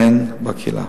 והן בקהילה.